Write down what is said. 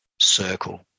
circle